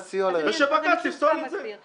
שבג"ץ יפסול את זה.